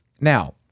Now